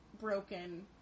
broken